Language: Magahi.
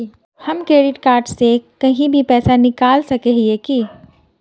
हम क्रेडिट कार्ड से कहीं भी पैसा निकल सके हिये की?